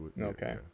Okay